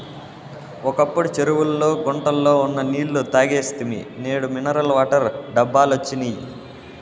ఒకప్పుడు చెరువుల్లో గుంటల్లో ఉన్న నీళ్ళు తాగేస్తిమి నేడు మినరల్ వాటర్ డబ్బాలొచ్చినియ్